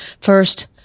First